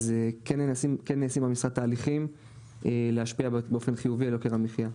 אז כן נעשים במשרד תהליכים להשפיע באופן חיובי על יוקר המחיה,